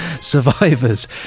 survivors